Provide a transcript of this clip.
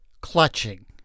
clutching